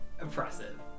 impressive